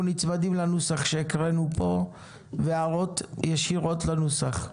נצמדים לנוסח שהקראנו פה והערות ישירות לנוסח.